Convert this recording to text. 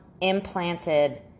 implanted